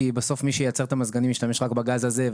כי בסוף מי שייצר את המזגנים ישתמש רק בגז הזה,